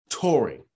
touring